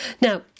Now